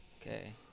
Okay